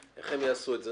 איך הם יעשו את זה?